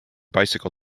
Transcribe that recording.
bicycle